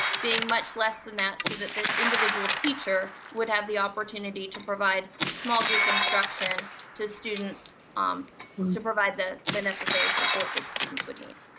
being much less than that so that the individual teacher would have the opportunity to provide small group instruction to students um to provide the the necessary support that students would need.